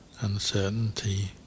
uncertainty